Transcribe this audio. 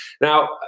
Now